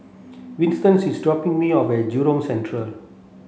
Winston's is dropping me off at Jurong Central